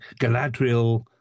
Galadriel